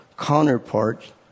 counterparts